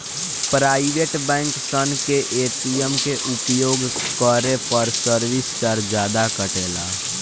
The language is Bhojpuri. प्राइवेट बैंक सन के ए.टी.एम के उपयोग करे पर सर्विस चार्ज जादा कटेला